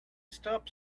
stop